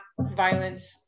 violence